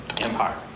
empire